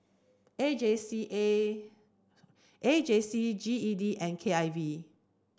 A J C A A J C G E D and K I V